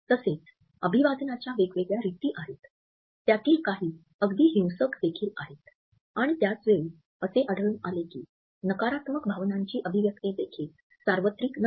तसेच अभिवादनाच्या वेगवेगळ्या रीती आहेत त्यातील काही अगदी हिंसक देखील आहेत आणि त्याच वेळी असे आढळून आले की नकारात्मक भावनांची अभिव्यक्ति देखील सार्वत्रिक नसते